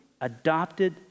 adopted